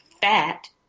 Fat